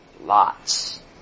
lots